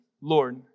Lord